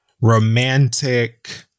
romantic